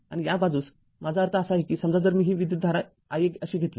आणि या बाजूस माझा अर्थ असा आहे की समजा जर मी ही विद्युतधारा i१अशी घेतली